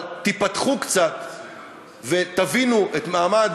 תיפתחו קצת ותבינו את המעמד,